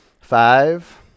five